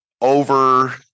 over